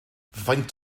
faint